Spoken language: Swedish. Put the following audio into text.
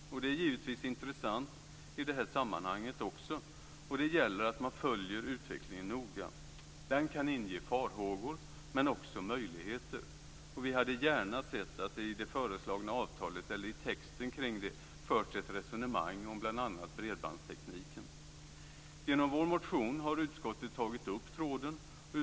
Den är givetvis intressant i det här sammanhanget också, och det gäller att man följer utvecklingen noga. Den kan inge farhågor men också ge möjligheter. Vi hade gärna sett att det i det föreslagna avtalet eller i texten kring detta hade förts ett resonemang om bl.a. bredbandstekniken. Genom vår motion har utskottet tagit upp denna tråd.